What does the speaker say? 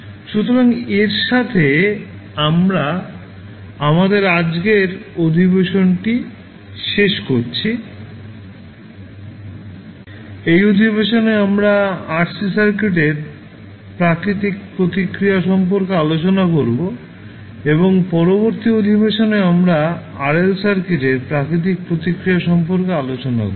সুতরাং এর সাথে আমরা আমাদের আজকের অধিবেশনটি শেষ করছি এই অধিবেশনে আমরা RC সার্কিটের প্রাকৃতিক প্রতিক্রিয়া সম্পর্কে আলোচনা করব এবং পরবর্তী অধিবেশনে আমরা RL সার্কিটের প্রাকৃতিক প্রতিক্রিয়া সম্পর্কে আলোচনা করব